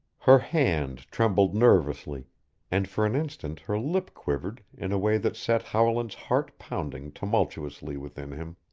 her hand trembled nervously and for an instant her lip quivered in a way that set howland's heart pounding tumultuously within him.